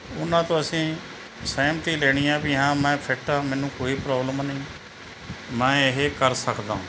ਉਹਨਾਂ ਤੋਂ ਅਸੀਂ ਸਹਿਮਤੀ ਲੈਣੀ ਆ ਵੀ ਹਾਂ ਮੈਂ ਫਿੱਟ ਹਾਂ ਮੈਨੂੰ ਕੋਈ ਪ੍ਰੋਬਲਮ ਨਹੀਂ ਮੈਂ ਇਹ ਕਰ ਸਕਦਾ